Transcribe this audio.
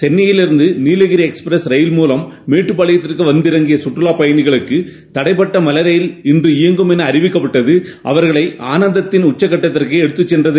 சென்ளையிலிருந்து Nilgiri express ரயில் மூலம் மேட்டுப்பாளையத்திற்கு வந்திறங்கிய கற்றுவாப் பயனிகளுக்கு தடைபட்ட மலை ரயில் இன்று இயங்கும் என அறிவிக்கப்பட்டது அவர்களை ஆனந்தத்தின் உச்சக்கட்டத்திற்கு எடுத்துச் சென்றது